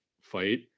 fight